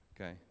Okay